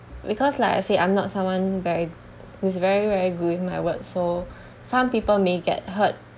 because like I say I'm not someone very who's very very good with my words so some people may get hurt